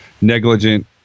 negligent